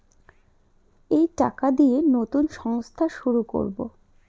এই টাকা দিয়ে নতুন সংস্থা শুরু করবো